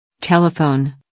Telephone